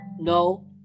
No